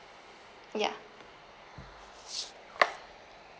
ya